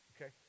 Okay